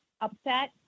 upset